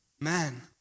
Man